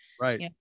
right